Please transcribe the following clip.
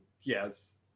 Yes